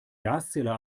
gaszähler